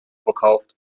verkauft